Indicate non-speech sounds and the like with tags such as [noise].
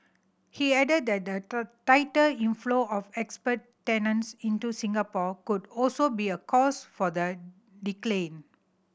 he added that the [unintelligible] tighter inflow of expat tenants into Singapore could also be a cause for the decline